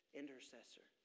intercessor